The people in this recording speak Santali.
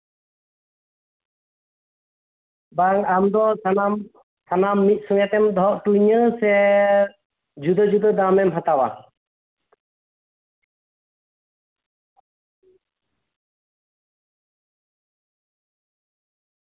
ᱵᱟᱝ ᱟᱢ ᱫᱚ ᱥᱟᱱᱟᱢ ᱢᱤᱫ ᱥᱚᱸᱜᱮ ᱛᱮᱢ ᱫᱚᱦᱚ ᱦᱚᱴᱚᱣᱟᱹᱧᱟᱹ ᱮ ᱡᱩᱫᱟᱹᱼᱡᱩᱫᱟᱹ ᱫᱟᱢᱮᱢ ᱦᱟᱛᱟᱣᱟ